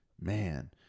Man